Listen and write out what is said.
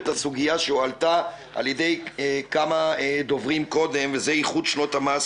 את הסוגיה שהועלתה על יד כמה דוברים קודם איחוד שנות המס